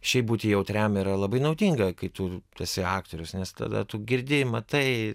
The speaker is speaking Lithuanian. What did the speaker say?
šiaip būti jautriam yra labai naudinga kai tu tu esi aktorius nes tada tu girdi matai